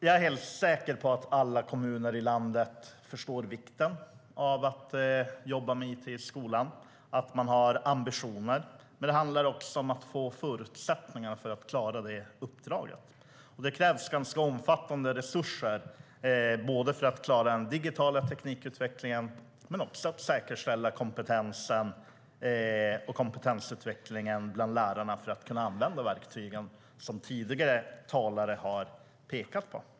Jag är helt säker på att alla kommuner i landet förstår vikten av att jobba med it i skolan och att man har ambitioner. Men det handlar också om att få förutsättningar för att klara det uppdraget. Det krävs ganska omfattande resurser för att klara den digitala teknikutvecklingen men också för att säkerställa kompetensen och kompetensutvecklingen bland lärarna för att kunna använda verktygen, vilket tidigare talare har pekat på.